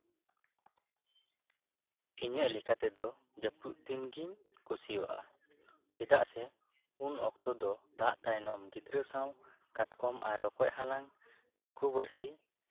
ᱤᱧᱟᱹᱜ ᱞᱮᱠᱟ ᱛᱮᱫᱚ ᱡᱟᱹᱯᱩᱫ ᱫᱤᱱ ᱜᱤᱧ ᱠᱩᱥᱤᱭᱟᱜᱼᱟ ᱪᱮᱫᱟᱜ ᱥᱮ ᱩᱱ ᱚᱠᱛᱚ ᱫᱚ ᱫᱟᱜ ᱛᱟᱭᱱᱚᱢ ᱜᱤᱫᱽᱨᱟᱹ ᱥᱟᱣ ᱠᱟᱴᱠᱚᱢ ᱟᱨ ᱨᱚᱠᱚᱪ ᱦᱟᱞᱟᱝ ᱦᱟᱹᱠᱩ ᱵᱟᱹᱲᱥᱤ